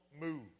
move